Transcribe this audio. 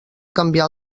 canviar